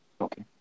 Okay